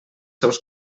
seus